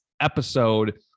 episode